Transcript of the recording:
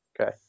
Okay